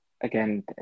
again